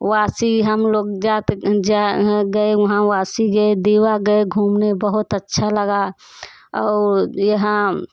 वासी हम लोग जाते जा गए वहाँ वासी गए दीवा गए घूमने बहुत अच्छा लगा और यहाँ